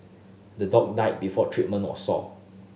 the dog died before treatment was sought